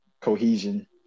cohesion